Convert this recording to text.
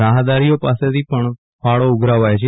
રાહદારીઓ પાસેથી પણ ફાળો ઉઘરાવાય છે